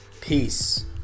Peace